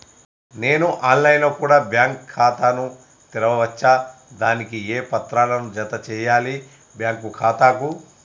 నేను online లో కూడా బ్యాంకు ఖాతా ను తెరవ వచ్చా? దానికి ఏ పత్రాలను జత చేయాలి బ్యాంకు ఖాతాకు?